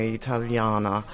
italiana